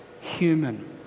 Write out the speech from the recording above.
human